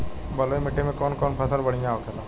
बलुई मिट्टी में कौन कौन फसल बढ़ियां होखेला?